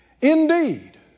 Indeed